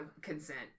consent